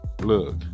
look